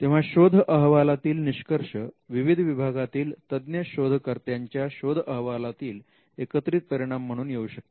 तेव्हा शोध अहवालातील निष्कर्ष विविध विभागातील तज्ञ शोधकर्त्याच्या शोध अहवालातील एकत्रित परिणाम म्हणून येऊ शकतात